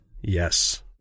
Yes